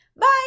Bye